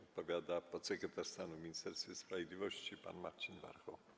Odpowiada podsekretarz stanu w Ministerstwie Sprawiedliwości pan Marcin Warchoł.